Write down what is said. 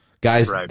Guys